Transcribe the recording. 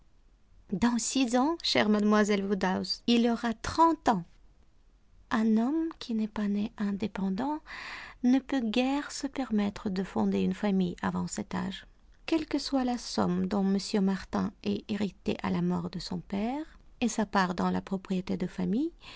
dans six ans chère mademoiselle woodhouse il aura trente ans un homme qui n'est pas né indépendant ne peut guère se permettre de fonder une famille avant cet âge quelle que soit la somme dont m martin ait hérité à la mort de son père et sa part dans la propriété de famille